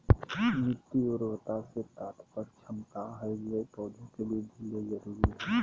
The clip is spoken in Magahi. मिट्टी उर्वरता से तात्पर्य क्षमता हइ जे पौधे के वृद्धि ले जरुरी हइ